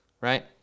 right